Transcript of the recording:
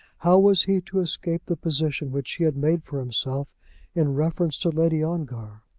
how was he to escape the position which he had made for himself in reference to lady ongar?